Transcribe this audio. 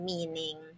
Meaning